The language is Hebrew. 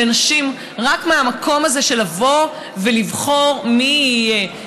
רק המקום הזה של לבוא ולבחור מי יהיה,